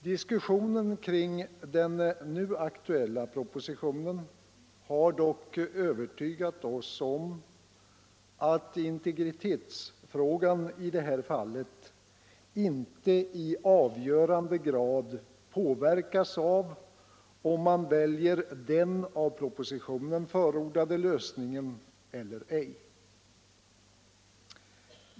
Diskussionen kring den nu aktuella propositionen har dock övertygat oss om att integritetsfrågan i det här fallet inte i avgörande grad påverkas av om man väljer den av propositionen förordade lösningen eller inte.